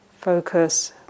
focus